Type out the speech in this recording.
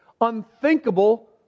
unthinkable